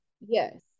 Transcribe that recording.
Yes